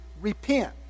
repent